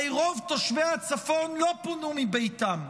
הרי רוב תושבי הצפון לא פונו מביתם,